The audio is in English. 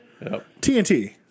TNT